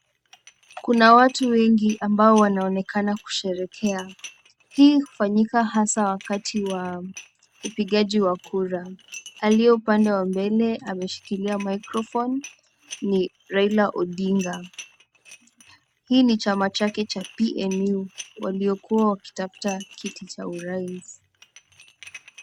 Kuna watu wengi ambao wanaonekana kusherehekea. Hii hufanyika hasa wakati wa upigaji wa kura. Aliye upande wa mbele ameshikilia microphone ni Raila Odinga. Hii ni chama chake cha PNU waliokuwa wakitafuta kiti cha urais.